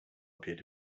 appeared